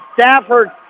Stafford